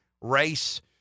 race